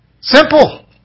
Simple